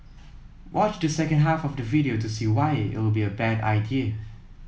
watch the second half of the video to see why it'll be a bad idea